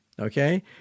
Okay